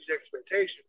expectations